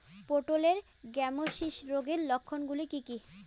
পটলের গ্যামোসিস রোগের লক্ষণগুলি কী কী?